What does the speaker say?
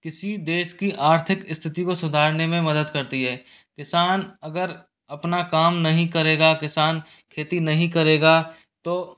किसी देश की आर्थिक स्थिति को सुधारने में मदद करती है किसान अगर अपना काम नहीं करेगा किसान खेती नहीं करेगा तो